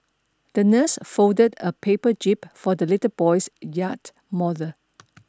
the nurse folded a paper jib for the little boy's yacht model